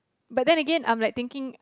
but then Again I'm like thinking